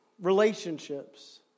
relationships